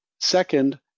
Second